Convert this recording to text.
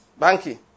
Banky